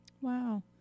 Wow